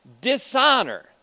dishonor